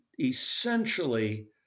essentially